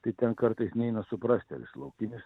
tai ten kartais neina suprasti laukinis